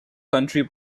country